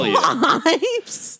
lives